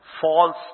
False